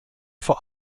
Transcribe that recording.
vor